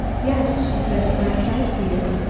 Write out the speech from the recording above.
yes, she said at last, i see it.